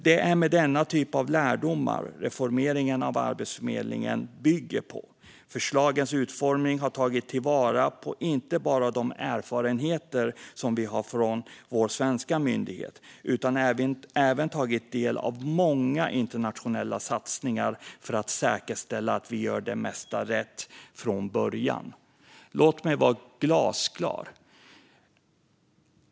Det är denna typ av lärdomar reformeringen av Arbetsförmedlingen bygger på. Vid utformningen av förslagen har man inte bara tagit till vara de erfarenheter vi har från vår svenska myndighet utan även tagit del av många internationella satsningar för att säkerställa att vi gör det mesta rätt från början. Låt mig vara glasklar!